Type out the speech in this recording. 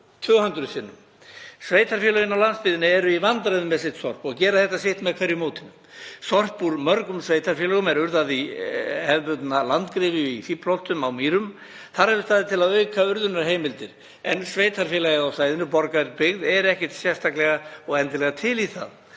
200 sinnum. Sveitarfélögin á landsbyggðinni eru í vandræðum með sitt sorp og gera þetta hvert með sínu mótinu. Sorp frá mörgum sveitarfélögum er urðað í hefðbundna landgryfju í Fíflholti á Mýrum. Þar hefur staðið til að auka urðunarheimildir en sveitarfélagið á svæðinu, Borgarbyggð, er ekkert sérstaklega og endilega til í það.